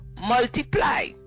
multiply